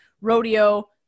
rodeo